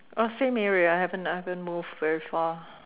uh same area I haven't I haven't moved very far